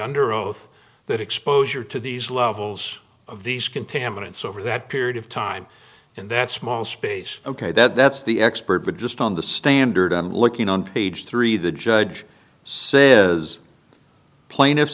under oath that exposure to these levels of these contaminants over that period of time and that small space ok that's the expert but just on the standard i'm looking on page three the judge says plaintiffs